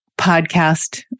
podcast